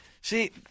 See –